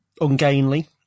ungainly